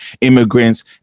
immigrants